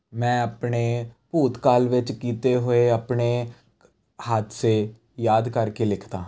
ਮੈਂ ਆਪਣੇ ਭੂਤਕਾਲ ਵਿੱਚ ਕੀਤੇ ਹੋਏ ਆਪਣੇ ਹਾਦਸੇ ਯਾਦ ਕਰਕੇ ਲਿਖਦਾ ਹਾਂ